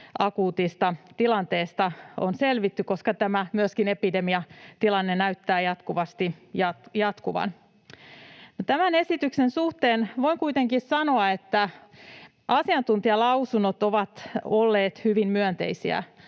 akuutista tilanteesta on selvitty, koska myöskin tämä epidemiatilanne näyttää jatkuvasti jatkuvan. Tämän esityksen suhteen voin kuitenkin sanoa, että asiantuntijalausunnot ovat olleet hyvin myönteisiä